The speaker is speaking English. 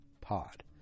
Pod